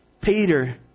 Peter